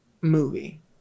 movie